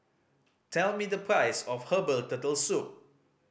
tell me the price of herbal Turtle Soup